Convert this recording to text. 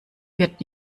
wird